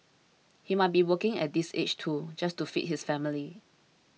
he might be working at this age too just to feed his family